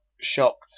shocked